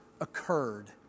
occurred